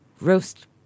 roast